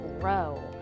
grow